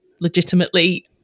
legitimately